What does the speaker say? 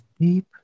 deep